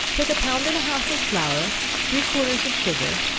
take a pound and a half of flour, three-quarters of sugar,